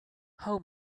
how